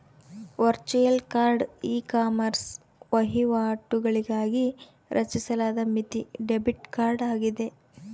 virtual card ecommerce ವಹಿವಾಟುಗಳಿಗಾಗಿ ರಚಿಸಲಾದ ಮಿತಿ ಡೆಬಿಟ್ ಕಾರ್ಡ್ ಆಗಿದೆ